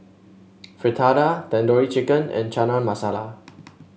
Fritada Tandoori Chicken and Chana Masala